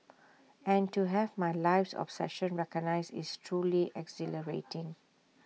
and to have my life's obsession recognised is truly exhilarating